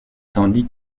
tandis